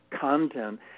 content